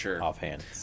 offhand